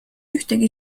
ühtegi